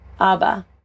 Abba